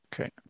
Okay